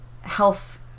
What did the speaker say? health